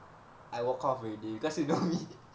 I walk off already because you know me